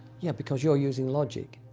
yeah, because you're using logic.